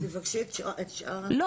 אז תבקשי את שאר ה- -- לא,